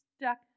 Stuck